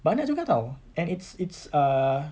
banyak juga tahu and it's it's err